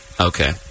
Okay